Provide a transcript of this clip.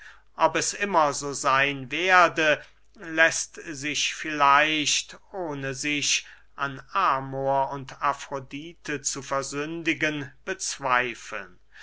ob es immer so seyn werde läßt sich vielleicht ohne sich an amor und afrodite zu versündigen bezweifeln